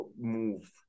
move